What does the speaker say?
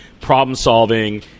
problem-solving